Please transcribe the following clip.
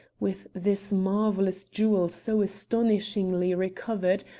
with this marvelous jewel so astonishingly recovered,